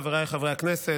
חבריי חברי הכנסת,